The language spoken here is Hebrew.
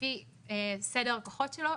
לפי סדר הכוחות שלו,